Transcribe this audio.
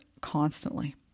constantly